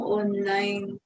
online